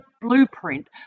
blueprint